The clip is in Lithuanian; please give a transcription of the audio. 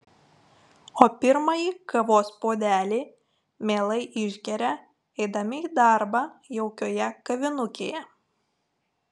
o pirmąjį kavos puodelį mielai išgeria eidami į darbą jaukioje kavinukėje